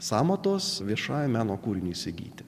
sąmatos viešai meno kūriniui įsigyti